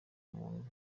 muntu